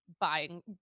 buying